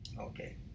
Okay